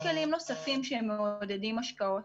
יש כלים נוספים שמעודדים השקעות.